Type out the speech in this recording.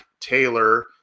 Taylor